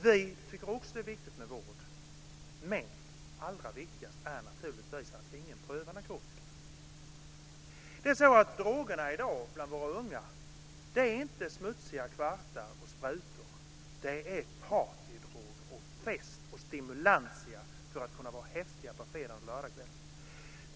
Vi tycker också att det är viktigt med vård. Men allra viktigast är naturligtvis att ingen prövar narkotika. Droger bland våra unga i dag handlar inte om smutsiga kvartar och sprutor - det är partydroger, fest och stimulantia för att kunna vara häftig på fredags och lördagskvällen.